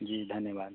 जी धन्यवाद